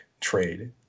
trade